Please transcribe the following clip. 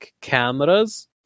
cameras